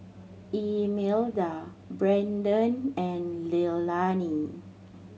Imelda Braden and Leilani